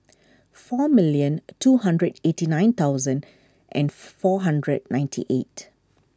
four million two hundred eighty nine thousand and four hundred ninety eight